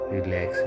Relax